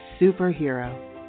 superhero